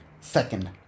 Second